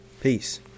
Peace